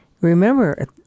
Remember